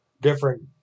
different